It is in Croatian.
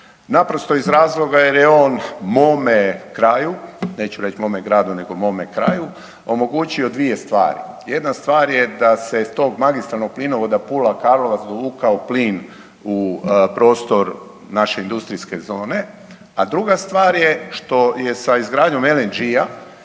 naprosto iz razloga jer je on mome kraju, neću reći mome gradu, nego mome kraju omogućio dvije stvari. Jedna stvar je da se iz tog magistralnog plinovoda Pula – Karlovac dovukao plin u prostor naše industrijske zone, a druga stvar je što je sa izgradnjom LNG-a